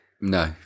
No